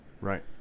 Right